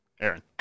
Aaron